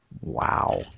Wow